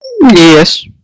Yes